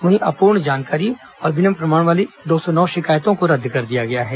वहीं अपूर्ण जानकारी और बिना प्रमाण वाली दो सौ नौ शिकायतों को रद्द कर दिया गया है